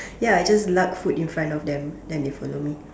ya I just lug food in front of them then they follow me